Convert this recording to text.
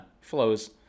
flows